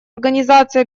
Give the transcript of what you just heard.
организации